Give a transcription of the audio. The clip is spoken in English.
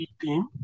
team